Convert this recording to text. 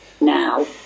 now